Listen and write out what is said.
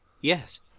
Yes